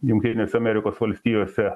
jungtinėse amerikos valstijose